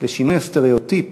לשינוי הסטריאוטיפ